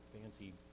fancy